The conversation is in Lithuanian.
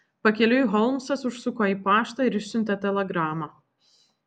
pakeliui holmsas užsuko į paštą ir išsiuntė telegramą